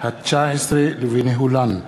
ה-19 וניהולן,